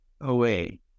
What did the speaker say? away